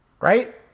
right